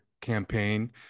campaign